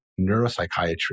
neuropsychiatry